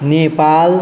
Nepal